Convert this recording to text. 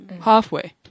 halfway